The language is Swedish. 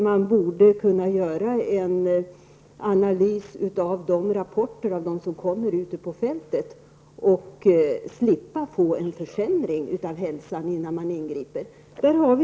Man borde kunna göra en analys av de rapporter som kommer utifrån fältet för att slippa att få en försämring av hälsan innan man ingriper.